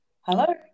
Hello